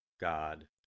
God